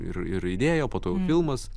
ir ir idėja o po to jau filmas